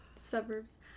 Suburbs